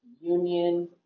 union